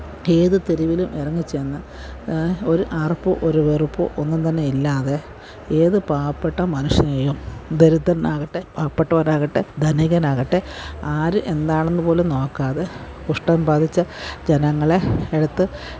ഏത് തെരുവിലും ഇറങ്ങിച്ചെന്ന് ഒരു അറപ്പോ ഒരു വെറുപ്പോ ഒന്നും തന്നെ ഇല്ലാതെ ഏത് പാവപ്പെട്ട മനുഷ്യനേയും ദരിദ്രനാകട്ടെ പാവപ്പെട്ടവരാകട്ടെ ധനികനാകട്ടെ ആര് എന്താണെന്ന് പോലും നോക്കാതെ കുഷ്ഠം ബാധിച്ച ജനങ്ങളെ എടുത്ത്